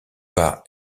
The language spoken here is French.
pas